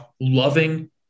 loving